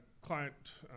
client